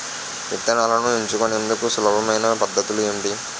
విత్తనాలను ఎంచుకునేందుకు సులభమైన పద్ధతులు ఏంటి?